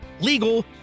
legal